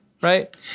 right